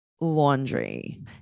laundry